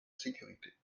sécurités